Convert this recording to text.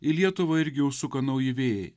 į lietuvą irgi užsuka nauji vėjai